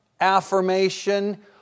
affirmation